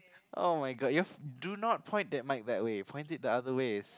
[oh]-my-god your do not point that mic that Way Point it the other way